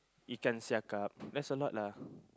ikan siakap there's a lot lah